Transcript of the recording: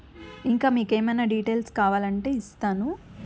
ఇంకా మీకేమన్నా డీటెయిల్స్ కావాలంటే ఇస్తాను